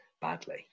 Badly